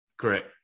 Correct